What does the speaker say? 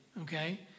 okay